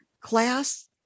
class